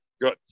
good